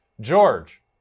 George